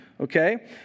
Okay